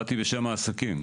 אני באתי בשם העסקים.